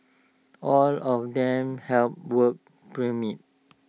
all of them held work permits